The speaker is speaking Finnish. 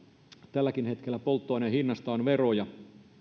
tälläkin hetkellä polttoaineen hinnasta on veroja